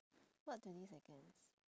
what twenty seconds